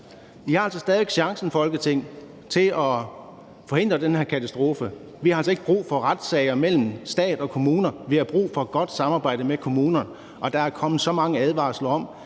Folketing, for at forhindre den her katastrofe. Vi har altså ikke brug for retssager mellem stat og kommuner. Vi har brug for godt samarbejde med kommunerne. Der er kommet så mange advarsler om,